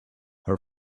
her